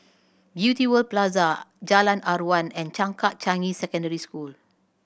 Beauty World Plaza Jalan Aruan and Changkat Changi Secondary School